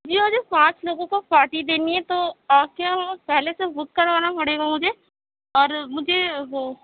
جی مجھے پانچ لوگوں کو پارٹی دینی ہے تو آپ کے یہاں وہ پہلے سے بک کروانا پڑے گا مجھے اور مجھے وہ